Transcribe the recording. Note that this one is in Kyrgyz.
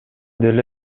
деле